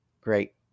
Great